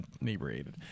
inebriated